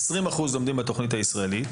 20% לומדים בתוכנית הישראלית,